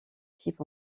type